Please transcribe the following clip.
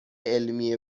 علمی